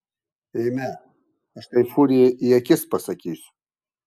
eime aš tai furijai į akis pasakysiu